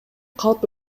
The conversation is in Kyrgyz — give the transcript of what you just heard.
калп